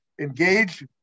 engage